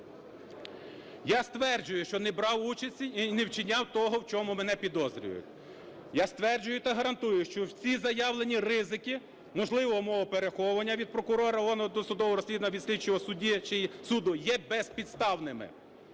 Я стверджую, що не брав участі і не вчиняв того, в чому мене підозрюють. Я стверджую та гарантую, що в ці заявлені ризики можливого мого переховування від прокурора, органу досудового розслідування, від слідчого судді чи суду є безпідставними.